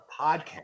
podcast